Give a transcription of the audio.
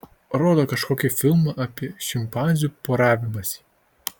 rodo kažkokį filmą apie šimpanzių poravimąsi